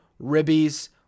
ribbies